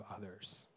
others